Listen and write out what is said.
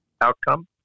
outcome